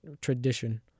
tradition